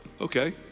okay